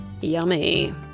Yummy